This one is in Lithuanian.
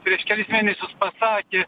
prieš kelis mėnesius pasakė